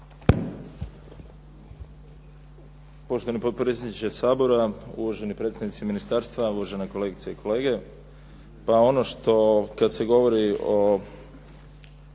Poštovani potpredsjedniče Sabora, uvaženi predstavnici ministarstva, uvažene kolegice i kolege. Pa ono što kada se govori o